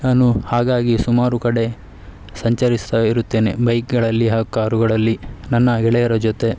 ನಾನು ಹಾಗಾಗಿ ಸುಮಾರು ಕಡೆ ಸಂಚರಿಸ್ತಾ ಇರುತ್ತೇನೆ ಬೈಕ್ಗಳಲ್ಲಿ ಹಾಗೂ ಕಾರುಗಳಲ್ಲಿ ನನ್ನ ಗೆಳೆಯರ ಜೊತೆ